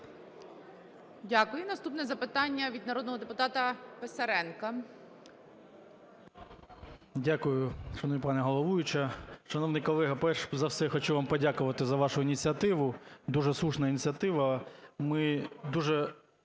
Дякую. І наступне запитання від народного депутата Писаренка.